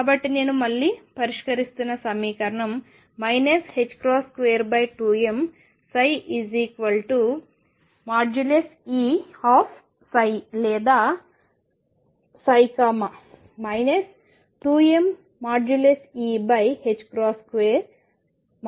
కాబట్టి నేను మళ్లీ పరిష్కరిస్తున్న సమీకరణం 22m|E|ψ లేదా 2mEψ0